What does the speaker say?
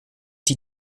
die